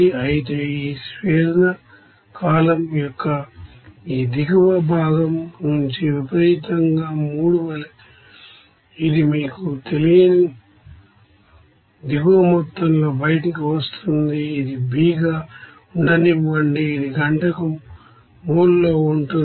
అయితే ఈ స్వేదన కాలమ్ యొక్క ఈ దిగువ భాగం నుంచి విపరీతంగా 3 వలే ఇది మీకు తెలియని దిగువ మొత్తంతో బయటకు వస్తుంది ఇది Bగా ఉండనివ్వండి ఇది గంటకు మోల్ లో ఉంటుంది